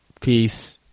Peace